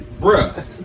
bruh